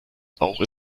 auch